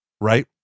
right